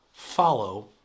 follow